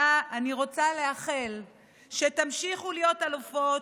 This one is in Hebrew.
הבקעה אני רוצה לאחל שתמשיכו להיות אלופות.